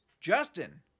Justin